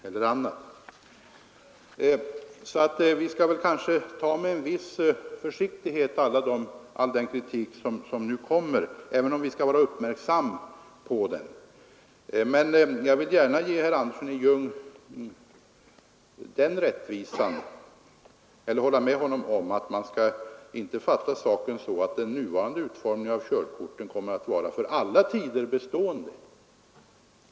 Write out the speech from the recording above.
Så vi kan väl ta all den kritik som kommer med en viss försiktighet, även om vi bör vara uppmärksamma på den. Jag vill gärna hålla med herr Andersson i Ljung om att man inte skall fatta saken så att körkortens nuvarande utformning kommer att bestå för alla tider.